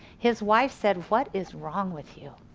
his wife said what is wrong with you?